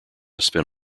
spin